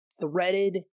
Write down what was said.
threaded